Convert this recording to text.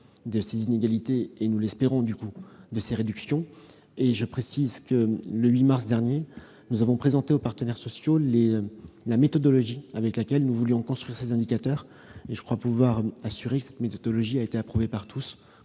de ces inégalités et, nous l'espérons, du coût de ces réductions. Je rappelle que, le 8 mars dernier, nous avons présenté aux partenaires sociaux la méthodologie selon laquelle nous voulons construire ces indicateurs. Je crois pouvoir assurer que celle-ci a été approuvée par tous,